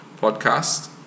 podcast